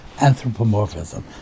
anthropomorphism